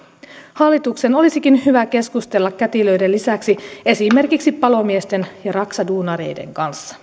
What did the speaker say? hallituksen olisikin hyvä keskustella kätilöiden lisäksi esimerkiksi palomiesten ja raksaduunareiden kanssa